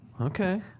Okay